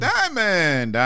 Diamond